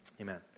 amen